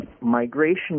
migration